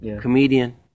Comedian